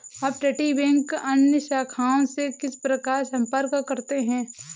अपतटीय बैंक अन्य शाखाओं से किस प्रकार संपर्क करते हैं?